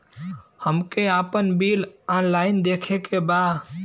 हमे आपन bill online देखे के बा?